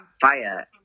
fire